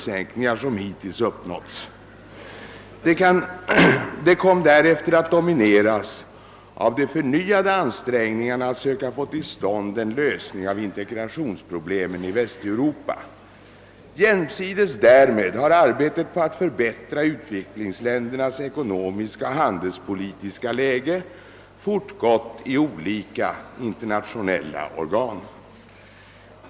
Herr talman! Sett från handelspolitisk synpunkt har det år som nu går mot sitt slut varit händelserikt. Det inleddes med genomförandet av den tullfria marknaden för industrivaror inom EFTA. Ett av de mål som EFTA-samarbetet tagit sikte på var därmed uppnått — tre år tidigare än vad som ursprungligen beräknats. Det fortsatte med intensifierade förhandlingar i Kennedyronden, vilka gav till resultat den mest omfattande överenskommelse om tullsänkningar som hittills uppnåtts. Det kom därefter att domineras av de förnyade ansträngningarna att söka få till stånd en lösning av integrationsproblemen i Västeuropa. Jämsides därmed har arbetet på att förbättra utvecklingsländernas ekonomiska och handelspolitiska läge fortgått i olika internationella organ.